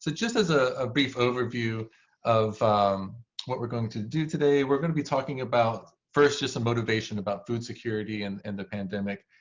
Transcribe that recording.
but just as ah a brief overview of what we're going to do today, we're going to be talking about, first, just a motivation about food security and and the pandemic,